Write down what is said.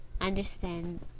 understand